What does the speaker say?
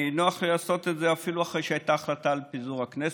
נוח לי לעשות את זה אפילו אחרי שהייתה החלטה על פיזור הכנסת.